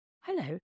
Hello